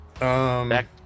Back